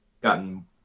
gotten